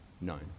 known